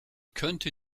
könnte